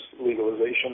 legalization